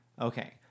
Okay